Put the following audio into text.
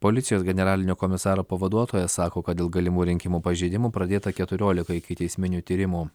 policijos generalinio komisaro pavaduotojas sako kad dėl galimų rinkimų pažeidimų pradėta keturiolika ikiteisminių tyrimų